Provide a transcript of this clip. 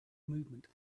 movement